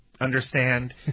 Understand